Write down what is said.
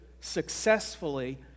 successfully